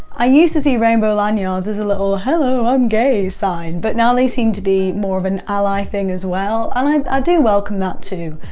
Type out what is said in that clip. i used to see rainbow lanyards as a little hello i'm gay sign, but now they seem to be more of an ally thing as well, and i do welcome that too,